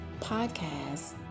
podcast